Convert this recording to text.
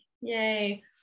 Yay